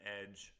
edge